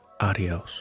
Adios